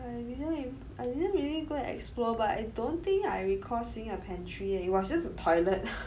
ya but I didn't I didn't really go and explore but I don't think I recall seeing a pantry eh it was just a toilet